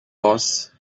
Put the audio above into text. boss